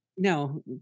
no